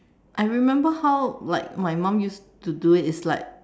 I remember how like my mom used to do it's like